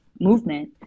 movement